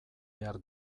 behar